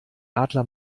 adler